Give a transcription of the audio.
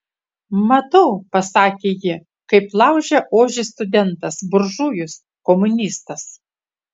matau pasakė ji kaip laužia ožį studentas buržujus komunistas